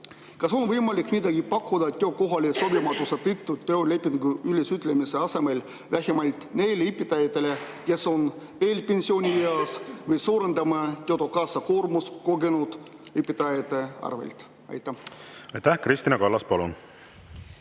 Kas on võimalik pakkuda midagi töökohale sobimatuse tõttu töölepingu ülesütlemise asemel vähemalt neile õpetajatele, kes on eelpensionieas, või suurendame töötukassa koormust kogenud õpetajate arvelt? Aitäh! Kristina Kallas, palun!